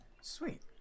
Sweet